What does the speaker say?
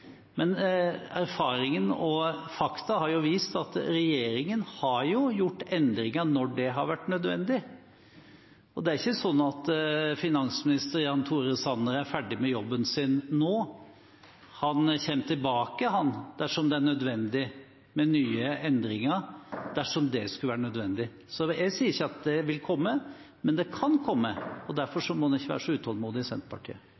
Men erfaringene og fakta har vist at regjeringen har gjort endringer når det har vært nødvendig. Det er ikke slik at finansminister Jan Tore Sanner er ferdig med jobben sin nå. Han kommer tilbake med nye endringer dersom det skulle være nødvendig. Jeg sier ikke at det vil komme, men det kan komme. Derfor må en ikke være så utålmodig i Senterpartiet.